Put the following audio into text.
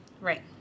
Right